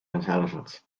intelligence